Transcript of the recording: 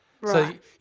Right